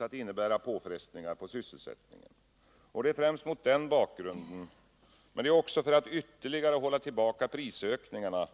att innebära påfrestningar på sysselsättningen. Det är främst mot den bakgrunden, men också för att ytterligare hålla tillbaka prisökningarna,